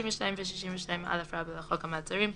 62 ו-62א לחוק המעצרים,